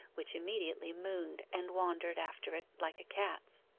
which immediately mooned and wandered after it like a cat's.